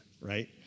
right